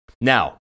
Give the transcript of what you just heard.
Now